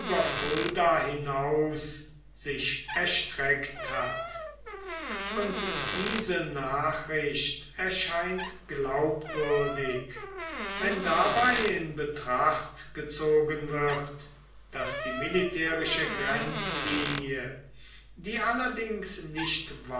hinaus sich erstreckt hat und diese nachricht erscheint glaubwürdig wenn dabei in betracht gezogen wird daß die militärische grenzlinie die allerdings nicht